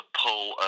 pull